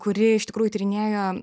kuri iš tikrųjų tyrinėja